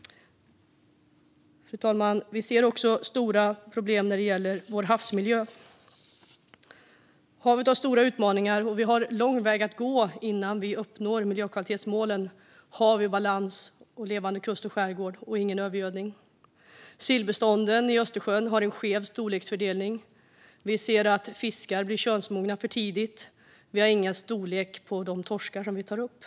Fru talman! Vi ser också stora problem när det gäller vår havsmiljö. Havet har stora utmaningar, och vi har lång väg att gå innan vi uppnår miljökvalitetsmålen Hav i balans samt levande kust och skärgård och Ingen övergödning. Sillbestånden i Östersjön har en skev storleksfördelning. Vi ser att fiskar blir könsmogna för tidigt, och det är dålig storlek på de torskar vi tar upp.